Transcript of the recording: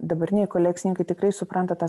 dabartiniai kolekcininkai tikrai supranta tą